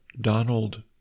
Donald